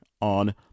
on